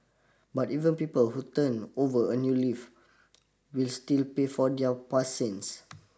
but even people who turn over a new leaf will still pay for their past sins